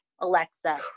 Alexa